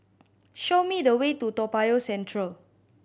show me the way to Toa Payoh Central